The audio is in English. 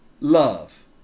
love